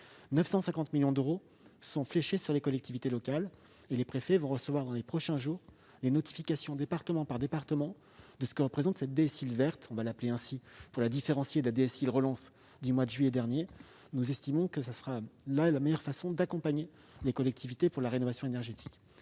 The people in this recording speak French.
950 millions d'euros sont fléchés sur les collectivités locales. Les préfets recevront dans les prochains jours les notifications, département par département, de ce que représente cette DSIL verte- je la nomme ainsi pour la différencier de la DSIL relance du mois de juillet dernier. Nous estimons que ce sera la meilleure façon d'accompagner les collectivités pour la rénovation énergétique.